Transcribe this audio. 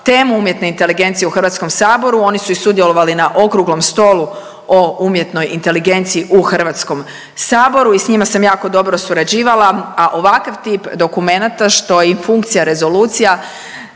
temu umjetne inteligencije u HS-u, oni su i sudjelovali i na okruglom stolu o umjetnoj inteligenciji u HS-u i s njima sam jako dobro surađivala. A ovakav tip dokumenata što je i funkcija rezolucija